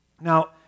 Now